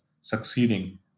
succeeding